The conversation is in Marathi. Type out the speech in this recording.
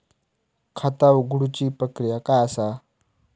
खाता उघडुची प्रक्रिया काय असा?